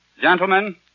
Gentlemen